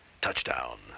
touchdown